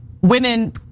women